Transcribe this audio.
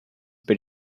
but